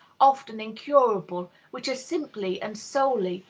often incurable, which are simply and solely,